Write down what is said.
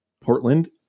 portland